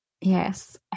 yes